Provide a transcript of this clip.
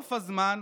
חלוף הזמן,